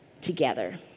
together